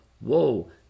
whoa